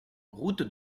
route